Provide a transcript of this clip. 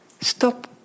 Stop